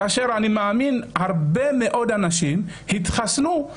ואני מאמין שהרבה מאוד אנשים התחסנו.